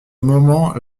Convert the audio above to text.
moment